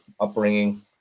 upbringing